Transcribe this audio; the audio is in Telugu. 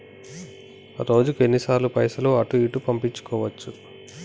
రోజుకు ఎన్ని సార్లు పైసలు అటూ ఇటూ పంపించుకోవచ్చు?